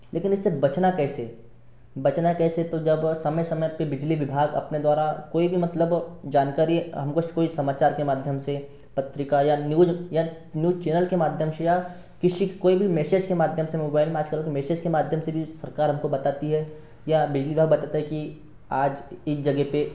लेकिन इससे बचना कैसे बचना कैसे तो जब समय समय पर बिजली विभाग अपने द्वारा कोई भी मतलब जानकारी हमको कोई समाचार के माध्यम से पत्रिका या न्यूज़ या न्यूज़ चैनल के माध्यम से या किसी कोई भी मेसेज के माध्यम से मोबाइल में आजकल मेसेज के माध्यम से भी सरकार हमको बताती है या बिजली विभाग बताता है कि आज इस जगह पर